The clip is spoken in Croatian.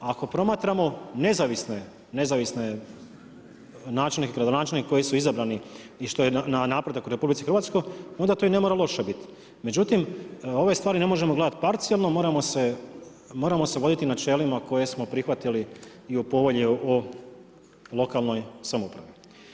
Ako promatramo nezavisne načelnike i gradonačelnike koji su izabrani i što je napredak u RH, onda to i ne mora loše biti, međutim ove stvari ne možemo gledati parcijalno, moramo se voditi načelima koje smo prihvatili i … o lokalnoj samoupravi.